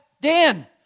Dan